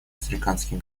африканских